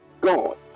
God